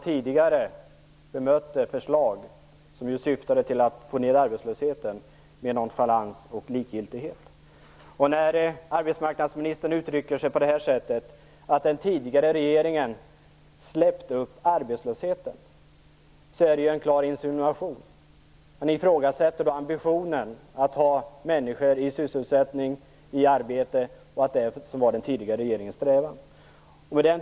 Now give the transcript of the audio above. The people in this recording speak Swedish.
Tidigare bemötte man förslag som syftade till att arbetslösheten skulle minska med nonchalans och likgiltighet. Arbetsmarknadsministern säger att den tidigare regeringen har låtit arbetslösheten stiga. Det är en klar insinuation. Han ifrågasätter den tidigare regeringens ambition att människor skulle ha sysselsättning och arbete.